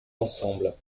ensemble